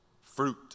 fruit